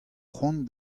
cʼhoant